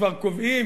כבר קובעים,